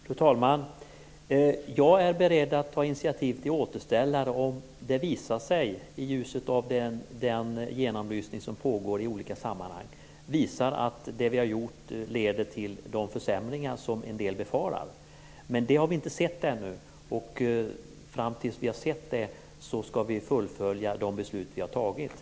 Fru talman! Jag är beredd att ta initiativ till återställare om det visar sig, i ljuset av den genomlysning som pågår i olika sammanhang, att det vi har gjort leder till de försämringar som en del befarar. Men det har vi inte sett ännu. Fram till dess vi har sett det, skall vi fullfölja de beslut vi har fattat.